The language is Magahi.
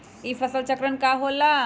ई फसल चक्रण का होला?